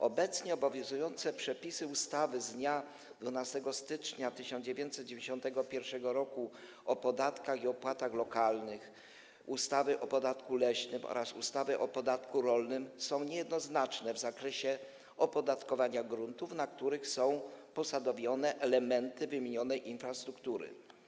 Obecnie obowiązujące przepisy ustawy z dnia 12 stycznia 1991 r. o podatkach i opłatach lokalnych, ustawy o podatku leśnym oraz ustawy o podatku rolnym są niejednoznaczne w zakresie opodatkowania gruntów, na których są posadowione elementy wymienionej infrastruktury.